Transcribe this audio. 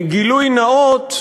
גילוי נאות: